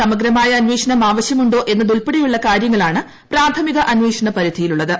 സമഗ്രമായ അന്വേഷണം ആവശ്യമുണ്ടോ എന്നതുൾപ്പെടെയുള്ള കാര്യങ്ങളാണ് പ്രാഥമിക അന്വേഷണ പരിധിയിലുള്ളത്